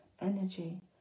energy